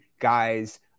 guys